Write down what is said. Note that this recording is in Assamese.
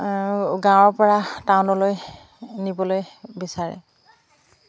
গাঁৱৰ পৰা টাউনলৈ নিবলৈ বিচাৰে